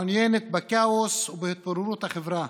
מעוניינת בכאוס ובהתפוררות החברה.